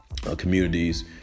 communities